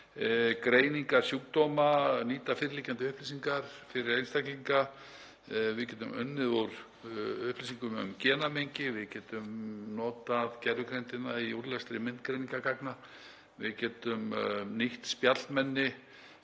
greiningar sjúkdóma, nýta fyrirliggjandi upplýsingar fyrir einstaklinga. Við getum unnið úr upplýsingum um genamengi. Við getum notað gervigreindina í úrlestri myndgreiningargagna. Við getum nýtt spjallmenni.